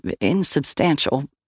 insubstantial